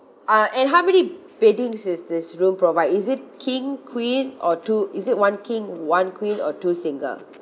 uh and how many beddings is this room provide is it king queen or two is it one king one queen or two single